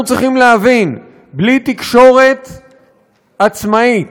אנחנו צריכים להבין: בלי תקשורת עצמאית,